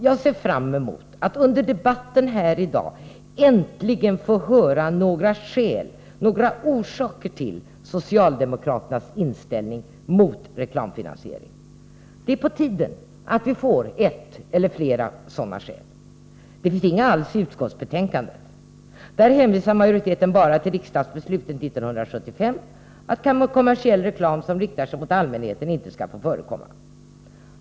Jag ser fram emot att under debatten här i dag äntligen få höra några skäl till socialdemokraternas inställning mot reklamfinansiering. Det är på tiden att vi får ett eller flera sådana skäl. Det finns inga alls i utskottsbetänkandet. Där hänvisar majoriteten bara till riksdagsbeslutet 1975 om att kommersiell reklam som riktar sig till allmänheten inte skall få förekomma.